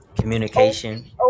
communication